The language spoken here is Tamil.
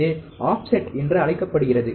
இது ஆஃப்செட் என்று அழைக்கப்படுகிறது